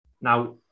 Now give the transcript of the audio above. now